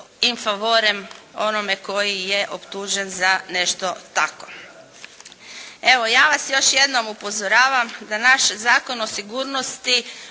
in favorem onome koji je optužen za nešto tako. Evo, ja vas još jednom upozoravam da naš Zakon o sigurnosti